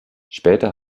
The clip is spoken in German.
später